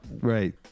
Right